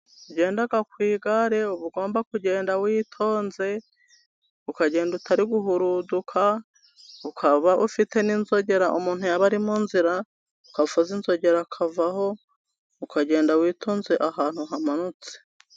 Ugenda ku igare uba ugomba kugenda witonze, ukagenda utari guhuruduka, ukaba ufite n'inzogera. Umuntu yaba ari mu nzira ukavuza inzogera, ukavaho ukagenda witonze ahantu hamanutse.